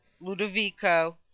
Ludovico